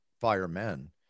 firemen